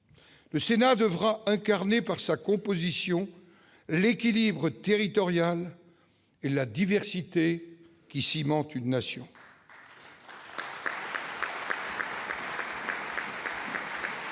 le Sénat devra incarner, par sa composition, l'équilibre territorial et la diversité qui cimentent une nation.